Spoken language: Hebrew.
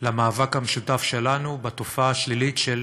למאבק המשותף שלנו בתופעה השלילית של